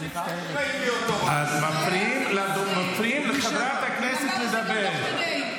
היו"ר משה רוט: מפריעים לחברת הכנסת לדבר.